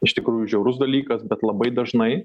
iš tikrųjų žiaurus dalykas bet labai dažnai